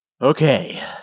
Okay